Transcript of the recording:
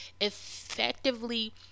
effectively